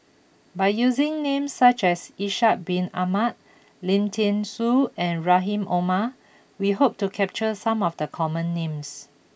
by using names such as Ishak bin Ahmad Lim Thean Soo and Rahim Omar we hope to capture some of the common names